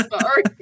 sorry